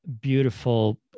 beautiful